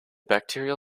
bacterial